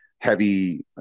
heavy